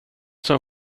som